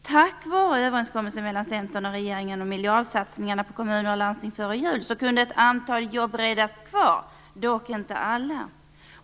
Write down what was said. Tack vare den överenskommelse som före jul träffades mellan Centern och regeringen om miljardsatsningarna på kommuner och landsting kunde ett antal jobb räddas kvar, dock inte alla.